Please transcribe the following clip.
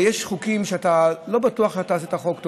יש חוקים שאתה לא בטוח שעשית חוק טוב.